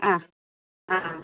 ആ ആ ആ